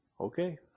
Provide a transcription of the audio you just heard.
okay